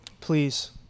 please